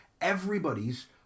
everybody's